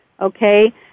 okay